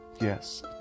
yes